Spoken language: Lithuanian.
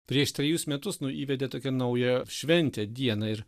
prieš trejus metus nu įvedė tokią naują šventę dieną ir